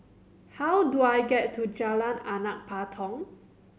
how do I get to Jalan Anak Patong